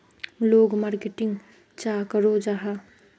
लोग मार्केटिंग चाँ करो जाहा?